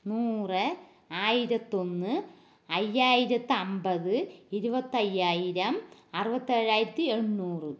നൂറ് ആയിരത്തൊന്ന് അയ്യായിരത്തമ്പത് ഇരുപത്തയ്യായിരം അറുപത്തേഴായിരത്തി എണ്ണൂറ്